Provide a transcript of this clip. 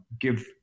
give